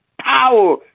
power